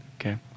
Okay